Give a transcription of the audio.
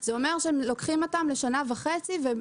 זה אומר שהם לוקחים אותם לשנה וחצי גם